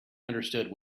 understood